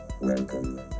welcome